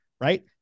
Right